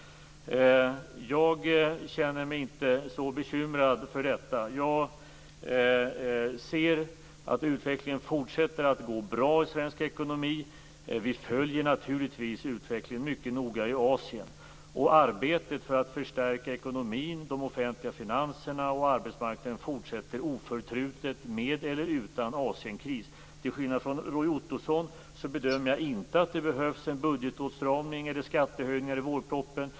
Jag känner mig inte så bekymrad för detta. Jag ser att utvecklingen för svensk ekonomi fortsätter att gå bra. Vi följer naturligtvis utvecklingen i Asien mycket noga, och arbetet för att förstärka ekonomin, de offentliga finanserna och arbetsmarknaden fortsätter oförtrutet, med eller utan Asienkris. Till skillnad från Roy Ottosson bedömer jag att det inte behövs en budgetåtstramning eller skattehöjningar i vårpropositionen.